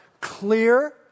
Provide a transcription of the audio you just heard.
clear